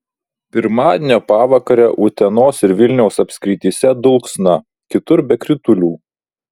pirmadienio pavakarę utenos ir vilniaus apskrityse dulksna kitur be kritulių